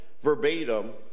verbatim